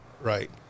right